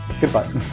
Goodbye